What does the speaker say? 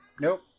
Nope